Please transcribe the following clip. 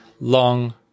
long